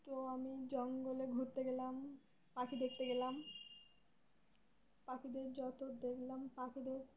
তো আমি জঙ্গলে ঘুরতে গেলাম পাখি দেখতে গেলাম পাখিদের যত দেখলাম পাখিদের